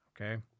Okay